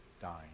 dying